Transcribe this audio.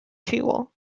fuel